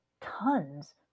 tons